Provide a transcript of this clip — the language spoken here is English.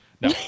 No